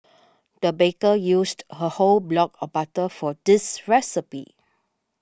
the baker used a whole block of butter for this recipe